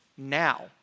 now